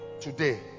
today